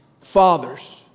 fathers